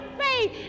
faith